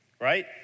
Right